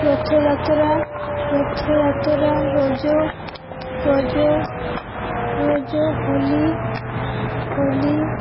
Rath Yatra Rathayatra Raja Raja Raja Holi Holi